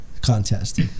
contest